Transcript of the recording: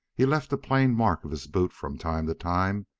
he left a plain mark of his boot from time to time,